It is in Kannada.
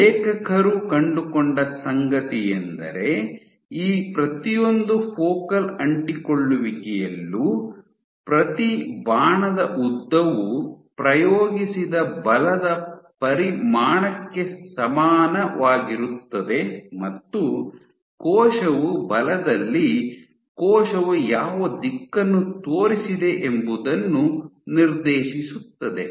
ಲೇಖಕರು ಕಂಡುಕೊಂಡ ಸಂಗತಿಯೆಂದರೆ ಈ ಪ್ರತಿಯೊಂದು ಫೋಕಲ್ ಅಂಟಿಕೊಳ್ಳುವಿಕೆಯಲ್ಲೂ ಪ್ರತಿ ಬಾಣದ ಉದ್ದವು ಪ್ರಯೋಗಿಸಿದ ಬಲದ ಪರಿಮಾಣಕ್ಕೆ ಸಮನಾಗಿರುತ್ತದೆ ಮತ್ತು ಕೋಶವು ಬಲದಲ್ಲಿ ಕೋಶವು ಯಾವ ದಿಕ್ಕನ್ನು ತೋರಿಸಿದೆ ಎಂಬುದನ್ನು ನಿರ್ದೇಶಿಸುತ್ತದೆ